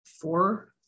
four